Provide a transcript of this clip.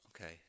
Okay